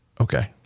okay